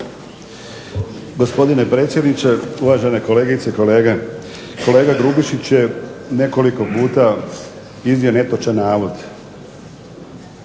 Gospodine predsjedniče, uvažene kolegice i kolege. Kolega Grubišić je nekoliko puta iznio netočan navod.